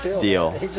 Deal